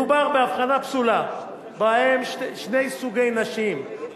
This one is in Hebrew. מדובר בהבחנה פסולה בין שני סוגי נשים,